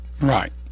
Right